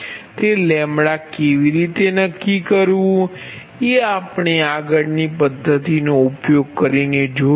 તે કેવી રીતે નક્કી કરવું એ આપણે આગળની પદ્ધતિનો ઉપયોગ કરીને જોશું